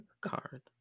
card